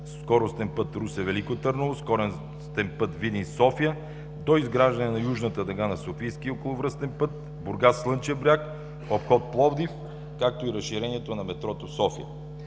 скоростен път Русе – Велико Търново, скоростен път Видин – София, доизграждане на Южната дъга на Софийския околовръстен път, Бургас – Слънчев бряг, обход Пловдив, разширението на метрото в София,